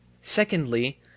Secondly